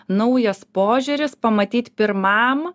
naujas požiūris pamatyt pirmam